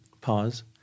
Pause